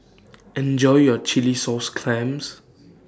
Enjoy your Chilli Sauce Clams